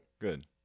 Good